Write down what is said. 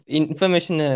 information